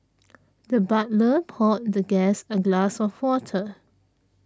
the butler poured the guest a glass of water